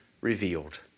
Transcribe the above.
revealed